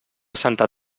santa